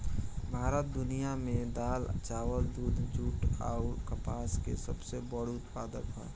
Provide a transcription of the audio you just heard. भारत दुनिया में दाल चावल दूध जूट आउर कपास के सबसे बड़ उत्पादक ह